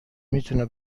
میتونه